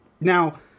Now